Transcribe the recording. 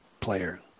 player